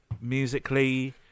musically